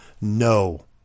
no